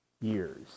years